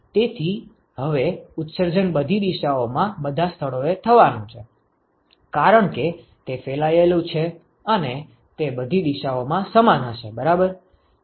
તેથી હવે ઉત્સર્જન બધી દિશાઓમાં બધા સ્થળોએ થવાનું છે કારણ કે તે ફેલાયેલું છે અને તે બધી દિશાઓમાં સમાન હશે બરાબર